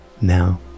Now